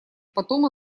потом